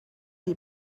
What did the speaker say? die